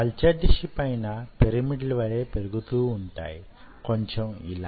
culture dish పైన పిరమిడ్ల వలె పెరుగుతూ వుంటాయి కొంచెం ఇలా